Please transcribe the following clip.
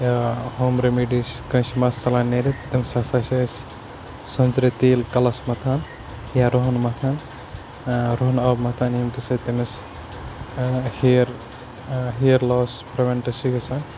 home remedies کٲنٛسہِ چھِ مَس ژَلان نیٖرِتھ تٔمِس ہَسا چھِ أسۍ سوٚنٛزرٕ تیٖل کَلَس مَتھان یا رُہَن مَتھان رُہَن آب مَتھان ییٚمہِ کہِ سۭتۍ تٔمِس ہیر ہیر لاس پرٛوٮ۪نٛٹہٕ چھِ گژھان